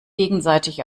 gegenseitig